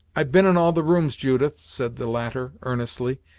i've been in all the rooms, judith, said the latter earnestly,